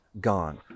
gone